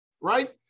Right